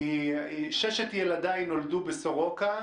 כי ששת ילדיי נולדו בסורוקה,